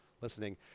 listening